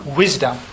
wisdom